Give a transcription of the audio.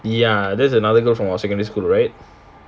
ya that's another girl from our secondary school right